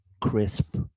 crisp